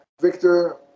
victor